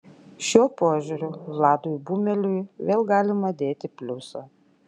šiuo požiūriu vladui bumeliui vėl galima dėti pliusą